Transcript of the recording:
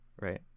right